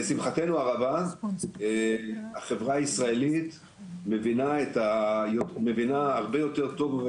לשמחתנו הרבה החברה הישראלית מבינה הרבה יותר טוב,